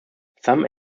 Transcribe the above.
some